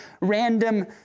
random